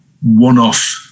one-off